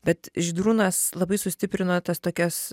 bet žydrūnas labai sustiprino tas tokias